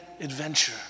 adventure